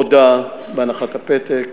הודה בהנחת הפתק